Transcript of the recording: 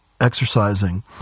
exercising